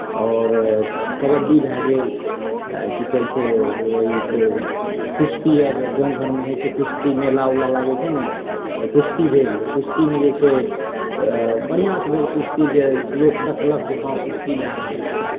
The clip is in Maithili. आओर कबड्डी भए गेल आ की कहैत छै कुश्ती आर गाँव घरमे होइत छै कुश्ती मेला उला लागैत छै ने तऽ कुश्ती भेल कुश्तीमे जे छै बढ़िआँसँ भेल कुश्ती जे लोक देखलक जे हँ कुश्ती भए रहल छै